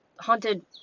Haunted